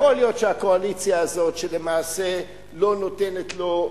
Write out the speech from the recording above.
יכול להיות שהקואליציה הזאת למעשה לא נותנת לו,